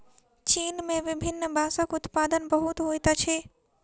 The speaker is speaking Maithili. चीन में विभिन्न बांसक उत्पादन बहुत होइत अछि